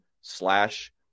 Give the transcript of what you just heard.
slash